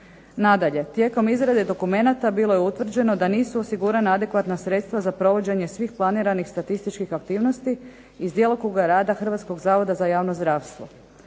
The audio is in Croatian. Nadalje, tijekom izrade dokumenata bilo je utvrđeno da nisu osigurana adekvatna sredstva za provođenje svih planiranih statističkih aktivnosti iz djelokruga rada Hrvatskog zavoda za javno zdravstvo.